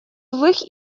злых